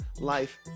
life